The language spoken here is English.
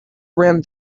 around